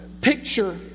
picture